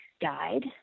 died